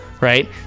right